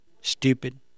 Stupid